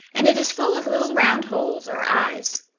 and it is full of little round holes or eyes.